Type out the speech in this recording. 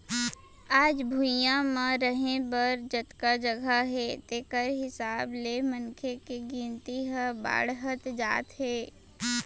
आज भुइंया म रहें बर जतका जघा हे तेखर हिसाब ले मनखे के गिनती ह बाड़हत जात हे